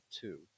two